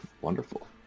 wonderful